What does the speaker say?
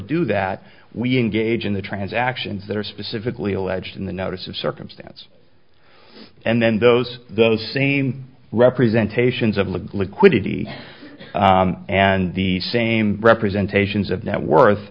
do that we engage in the transactions that are specifically alleged in the notice of circumstance and then those those same representation is of a liquidity and the same representation is of net worth